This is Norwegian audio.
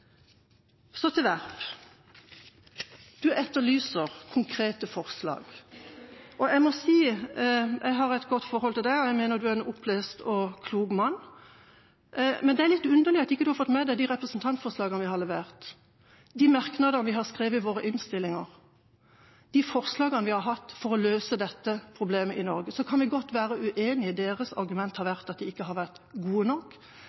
Så til Werp, som etterlyser konkrete forslag. Jeg har et godt forhold til representanten og mener han er en opplyst og klok mann, men det er litt underlig at han ikke har fått med seg de representantforslagene vi har levert, de merknadene vi har skrevet i våre innstillinger, og de forslagene vi har hatt for å løse dette problemet i Norge. Så kan vi godt være uenige. Deres argument har vært at forslagene ikke har vært gode nok,